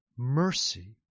Mercy